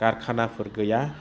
खारखानाफोर गैया